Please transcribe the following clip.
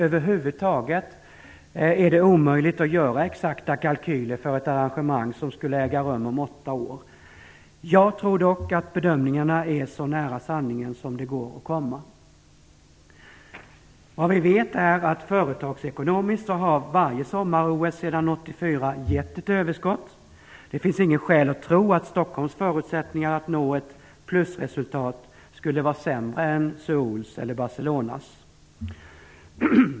Över huvud taget är det omöjligt att göra exakta kalkyler för ett arrangemang som skulle äga rum om åtta år. Jag tror dock att bedömningarna är så nära sanningen som det går att komma. Vad vi vet är att företagsekonomiskt har varje sommar-OS sedan 1984 gett ett överskott. Det finns inget skäl att tro att Stockholms förutsättningar att nå ett plusresultat skulle vara sämre än Seouls eller Barcelonas.